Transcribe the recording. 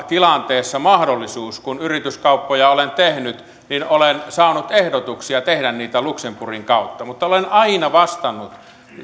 tilanteessa mahdollisuus kun yrityskauppoja olen tehnyt niin olen saanut ehdotuksia tehdä niitä luxemburgin kautta mutta olen aina vastannut